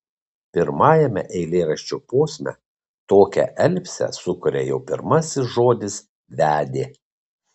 pirmajame eilėraščio posme tokią elipsę sukuria jau pirmasis žodis vedė